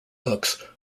hooks